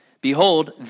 Behold